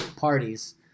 parties